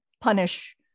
punish